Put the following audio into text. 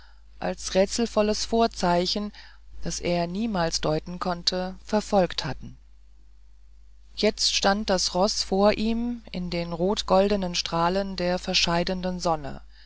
als rätselvolles vorzeichen das er sich niemals deuten konnte verfolgt hatten jetzt stand das roß vor ihm in den rotgoldenen strahlen der scheidenden sonne